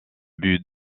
but